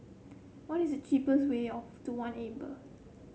what is cheapest way of to One Amber